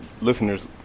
Listeners